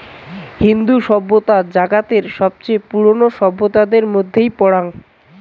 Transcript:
ইন্দু সভ্যতা জাগাতের সবচেয়ে পুরোনো সভ্যতাদের মধ্যেই পরাং